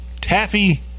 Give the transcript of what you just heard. taffy